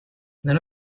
none